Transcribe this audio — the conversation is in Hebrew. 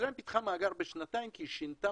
מצרים פיחה מאגר בשנתיים כי היא שינתה